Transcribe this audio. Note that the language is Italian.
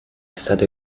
stato